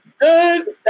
good